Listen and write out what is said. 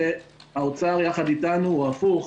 והאוצר יחד אתנו או הפוך